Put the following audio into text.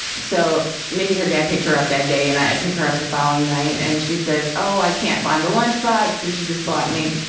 so maybe her dad picked her up that day and i pick her up the following night and she says, oh, i can't find the lunchbox that you just bought me.